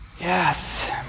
Yes